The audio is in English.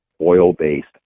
oil-based